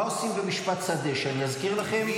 מה עושים במשפט שדה, שאני אזכיר לכם?